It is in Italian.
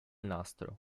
nastro